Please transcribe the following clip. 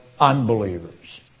unbelievers